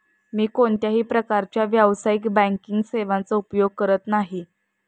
मी कोणत्याही प्रकारच्या व्यावसायिक बँकिंग सेवांचा उपयोग करत नाही